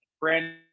brand